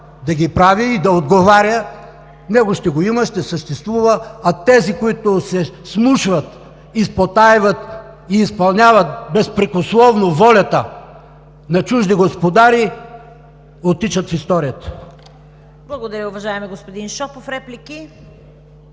да ги прави и да отговаря, него ще го има, ще съществува, а тези, които се смушват и спотайват, и изпълняват безпрекословно волята на чужди господари, оттичат в историята. ПРЕДСЕДАТЕЛ ЦВЕТА КАРАЯНЧЕВА: Благодаря, уважаеми господин Шопов. Реплики?